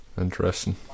Interesting